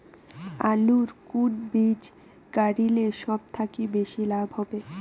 আলুর কুন বীজ গারিলে সব থাকি বেশি লাভ হবে?